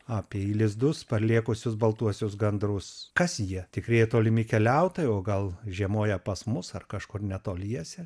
apie į lizdus parlėkusius baltuosius gandrus kas jie tikrieji tolimi keliautojai o gal žiemoja pas mus ar kažkur netoliese